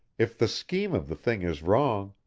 if the scheme of the thing is wrong,